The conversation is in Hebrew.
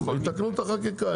יתקנו את החקיקה,